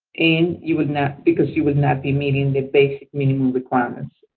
and you will not because you would not be meeting the basic minimum requirements,